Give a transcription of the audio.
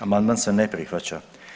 Amandman se ne prihvaća.